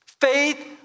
Faith